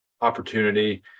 opportunity